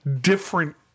different